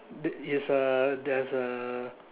is a there's a